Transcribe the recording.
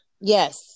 Yes